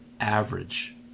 average